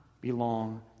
belong